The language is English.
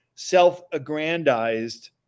self-aggrandized